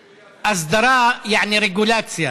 אסדרה, יעני רגולציה.